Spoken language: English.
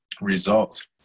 results